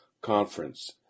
conference